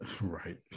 Right